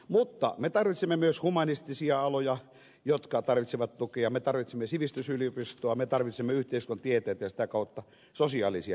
mutta me tarvitsemme myös humanistisia aloja jotka tarvitsevat tukea me tarvitsemme sivistysyliopistoa me tarvitsemme yhteiskuntatieteitä ja sitä kautta sosiaalisia innovaatioita